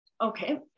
Okay